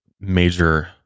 major